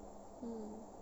mm